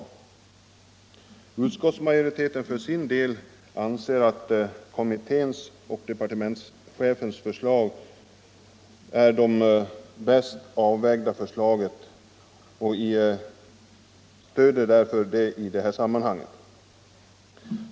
Utskottsmajoriteten för sin del anser att kommitténs och departementschefens förslag är det bäst avvägda och stöder därför det i det här sammanhanget.